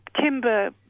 timber